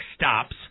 stops